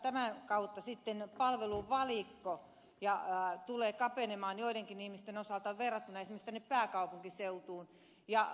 tämän kautta sitten palveluvalikko tulee kapenemaan joidenkin ihmisten osalta verrattuna esimerkiksi tähän pääkaupunkiseutuun